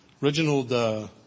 Reginald